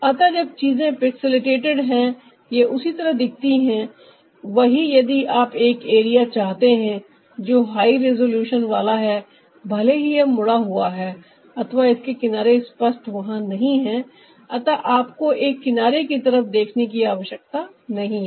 अतः जब चीजें पिक्सेलेटेड है यह उसी तरह दिखती है वही यदि आप एक एरिया चाहते हैं जो हाई रेजोल्यूशन वाला है भले ही यह मुड़ा हुआ है अथवा इसके किनारे स्पष्ट वहां नहीं है अतः आपको एक किनारे की तरफ देखने की आवश्यकता नहीं है